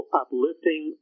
uplifting